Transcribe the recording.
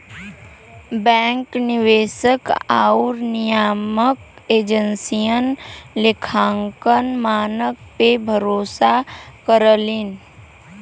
bank निवेशक आउर नियामक एजेंसियन लेखांकन मानक पे भरोसा करलीन